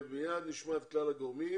את כלל הגורמים,